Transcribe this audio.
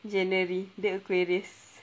january the aquarius